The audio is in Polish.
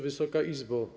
Wysoka Izbo!